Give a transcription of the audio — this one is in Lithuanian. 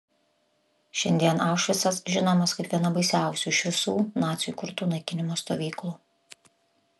šiandien aušvicas žinomas kaip viena baisiausių iš visų nacių įkurtų naikinimo stovyklų